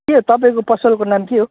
के तपाईँको पसलको नाम के हो